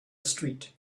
street